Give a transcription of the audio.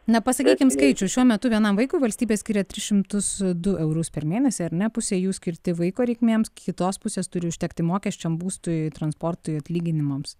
na pasakykim skaičių šiuo metu vienam vaikui valstybė skiria tris šimtus du eurus per mėnesį ar ne pusė jų skirti vaiko reikmėms kitos pusės turi užtekti mokesčiam būstui transportui atlyginimams